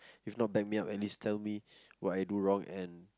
if not back me up at least tell me what I do wrong and